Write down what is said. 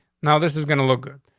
now, this is gonna look good.